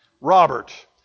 Robert